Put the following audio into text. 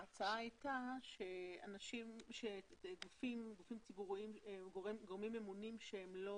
ההצעה הייתה שגופים ציבוריים שהם לא